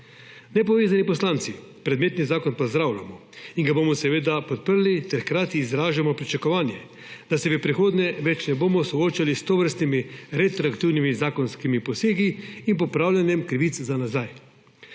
Nepovezani poslanci predmetni zakon pozdravljamo in ga bomo seveda podprli ter hkrati izražamo pričakovanje, da se v prihodnje ne bomo več soočali s tovrstnimi retroaktivnimi zakonskimi posegi in popravljanjem krivic za nazaj.